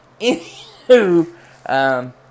Anywho